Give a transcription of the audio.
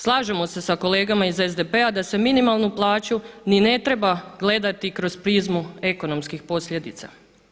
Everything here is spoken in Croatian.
Slažemo se sa kolegama iz SDP da se minimalnu plaću ni ne treba gledati kroz prizmu ekonomskih posljedica.